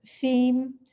theme